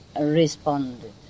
responded